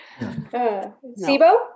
Sibo